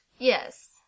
Yes